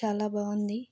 చాలా బాగుంది